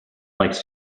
likes